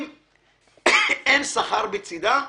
אם אין שכר בצידה,